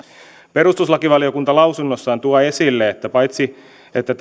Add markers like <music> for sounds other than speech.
perustuslakivaliokunta lausunnossaan tuo esille että paitsi että <unintelligible>